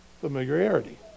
Familiarity